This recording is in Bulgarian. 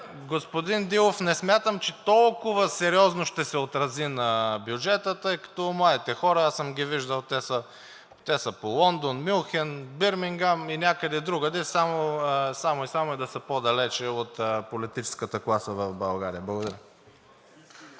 господин Дилов, не смятам, че тооолкова сериозно ще се отрази на бюджета, тъй като младите хора, аз съм ги виждал, те са по Лондон, Мюнхен, Бирмингам и някъде другаде, само и само да са по-далеч от политическата класа в България. Благодаря.